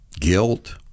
guilt